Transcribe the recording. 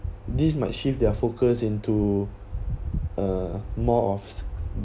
this might shift their focus into uh more of